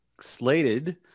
slated